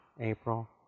April